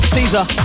Caesar